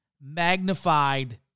magnified